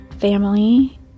family